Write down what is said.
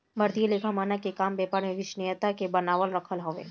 भारतीय लेखा मानक के काम व्यापार में विश्वसनीयता के बनावल रखल हवे